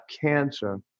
cancer